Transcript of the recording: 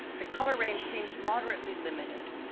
the color range seems moderately limited.